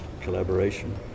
collaboration